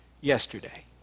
yesterday